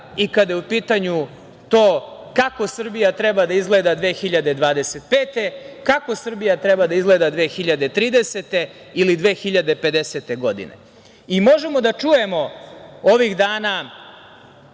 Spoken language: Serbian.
i kada je u pitanju to kako Srbija treba da izgleda 2025. godine, kako Srbija treba da izgleda 2030. ili 2050. godine. Možemo da čujemo ovih dana